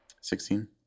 Sixteen